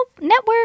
network